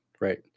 right